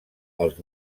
als